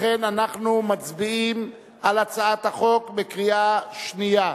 לכן אנחנו מצביעים על הצעת החוק בקריאה שנייה.